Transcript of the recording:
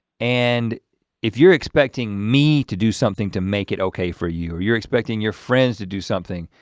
and if you're expecting me to do something to make it okay for you, or you're expecting your friends to do something.